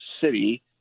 city